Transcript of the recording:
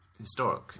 historic